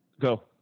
Go